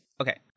Okay